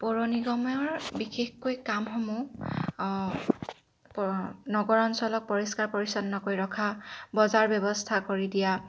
পৌৰ নিগমৰ বিশেষকৈ কামসমূহ নগৰ অঞ্চলক পৰিষ্কাৰ পৰিছন্নকৈ ৰখা বজাৰ ব্যৱস্থা কৰি দিয়া